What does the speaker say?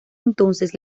entonces